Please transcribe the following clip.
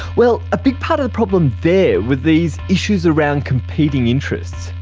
well, a big part of the problem there were these issues around competing interests.